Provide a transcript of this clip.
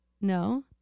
no